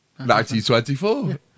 1924